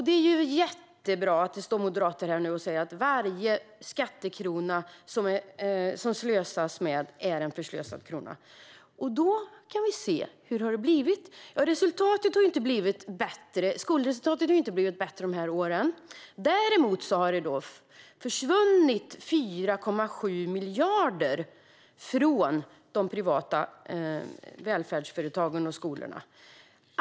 Det är jättebra att det står moderater här och säger att varje förslösad skattekrona är en stöld. Vi kan nu se hur det har blivit. Skolresultaten har inte blivit bättre de här åren. Däremot har det försvunnit 4,7 miljarder från de privata välfärdsföretagen och skolorna.